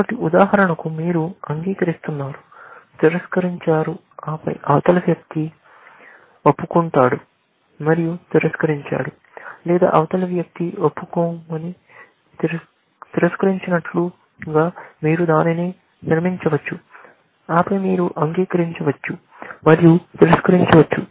కాబట్టి ఉదాహరణకు మీరు అంగీకరిస్తున్నారు తిరస్కరించారు ఆపై అవతలి వ్యక్తి ఒప్పుకుంటాడు మరియు తిరస్కరించాడు లేదా అవతలి వ్యక్తి ఒప్పుకొని తిరస్కరించినట్లు గా మీరు దానిని నిర్మించవచ్చు ఆపై మీరు అంగీకరించవచ్చు మరియు తిరస్కరించవచ్చు